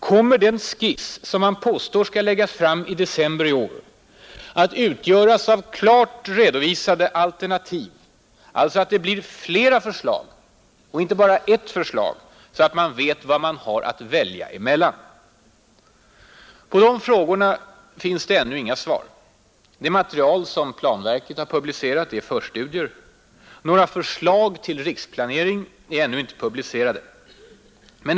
Kommer den skiss, som man påstår skall läggas fram i december i år, att utgöras av klart redovisade alternativ, kommer det alltså att bli flera förslag och inte bara ett, så man vet vad man har att välja mellan? Den fysiska rikspla På de frågorna finns det ännu inga svar. Det material som planverket = neringen m.m. publicerat är förstudier. Några förslag till riksplanering är ännu inte publicerade.